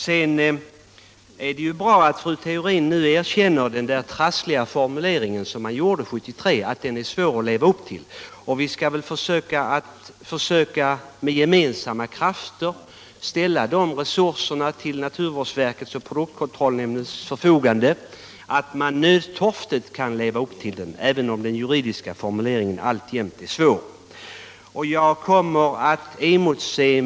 Det är bra att fru Theorin nu erkänner att den trassliga formulering som gjordes 1973 är svår att leva upp till. Vi skall väl med gemensamma krafter försöka att ställa sådana resurser till naturvårdsverkets och produktkontrollnämndens förfogande att man nödtorftigt kan leva upp till den juridiska formuleringen även om den alltjämt är svår.